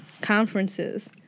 conferences